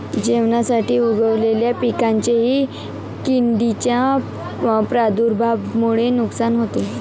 जेवणासाठी उगवलेल्या पिकांचेही किडींच्या प्रादुर्भावामुळे नुकसान होते